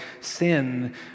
sin